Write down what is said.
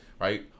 right